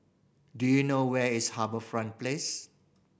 do you know where is HarbourFront Place